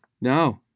no